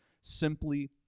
simply